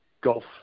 golf